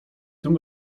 tym